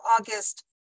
August